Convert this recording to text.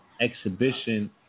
exhibition